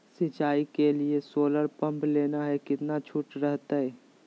सिंचाई के लिए सोलर पंप लेना है कितना छुट रहतैय?